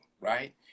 Right